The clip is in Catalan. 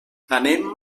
anem